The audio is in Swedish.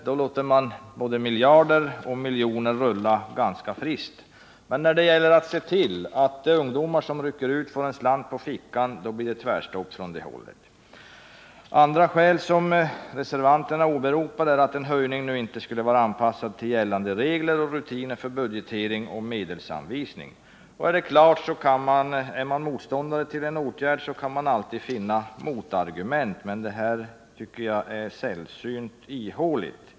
Då lät man både miljoner och miljarder rulla ganska friskt, men när det gäller att se till att de ungdomar som rycker ut från militärtjänsten får en slant på fickan, då blir det tvärstopp från det hållet. Ett annat skäl som reservanterna åberopar är att en höjning nu inte skulle vara anpassad till gällande regler och rutiner för budgetering och medelsanvisning. Ja, det är klart att är man motståndare till en åtgärd så kan man alltid finna motargument, men det här tycker jag är sällsynt ihåligt.